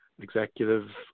executive